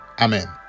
Amen